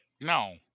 no